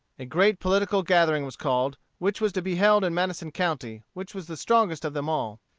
a great political gathering was called, which was to be held in madison county, which was the strongest of them all.